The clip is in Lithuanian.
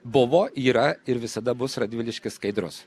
buvo yra ir visada bus radviliškis skaidrus